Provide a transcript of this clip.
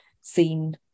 seen